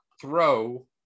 throw